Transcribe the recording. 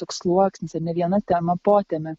toks sluoksnis ar ne viena tema potemė